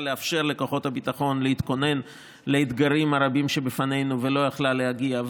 לאפשר לכוחות הביטחון להתכונן לאתגרים הרבים שבפנינו ולא יכלה להגיע,